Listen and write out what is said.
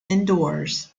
indoors